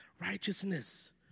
righteousness